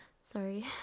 sorry